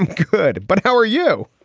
and good. but how are you?